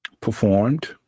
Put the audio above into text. performed